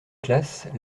classes